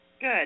Good